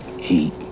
heat